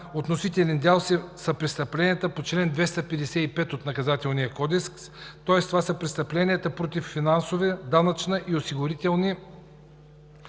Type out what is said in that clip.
относителен дял са престъпленията по чл. 255 от Наказателния кодекс, тоест престъпленията против финансови, данъчни и осигурителни